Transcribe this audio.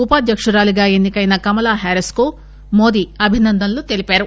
ఉపాధ్యకురాలిగా ఎన్నికైన కమలా ప్యారీస్ కు మోదీ అభినందనలు తెలిపారు